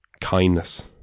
kindness